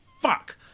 Fuck